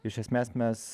iš esmės mes